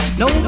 no